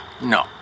No